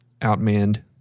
outmanned